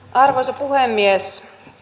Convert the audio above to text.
arvoisa puhemies